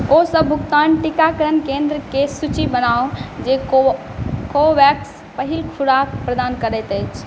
ओसब भुगतान टीकाकरण केन्द्रके सूची बनाउ जे कोव कोवोवैक्स पहिल खोराक प्रदान करैत अछि